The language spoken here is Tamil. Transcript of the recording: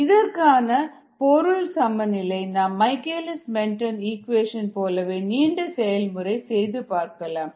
இதற்கான பொருட் சமநிலை நாம் மைக்கேலிஸ் மென்டென் ஈக்குவேஷன் போலவே நீண்ட செயல்முறை செய்து பார்க்கலாம்